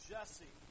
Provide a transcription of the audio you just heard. Jesse